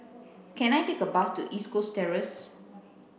can I take a bus to East Coast Terrace